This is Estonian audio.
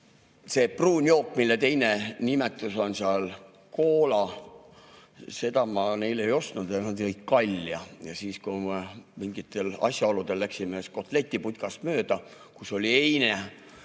see pruun jook, mille teine nimetus on koola, seda ma neile ei ostnud ja nad jõid kalja. Ja siis, kui me mingitel asjaoludel läksime kotletiputkast mööda, kus oli eine